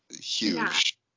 huge